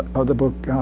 of the book.